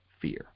fear